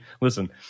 listen